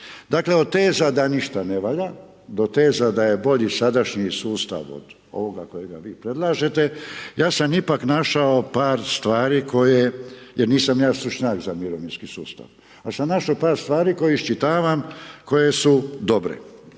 Dakle, od teza da ništa ne valja do teza da je bolji sadašnji sustav od ovoga kojega vi predlažete ja sam ipak našao par stvari koje, jer nisam ja stručnjak za mirovinski sustava, al sam našo par stvari koje iščitavam koje su dobre.